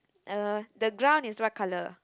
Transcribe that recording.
uh the ground is what colour